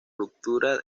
ruptura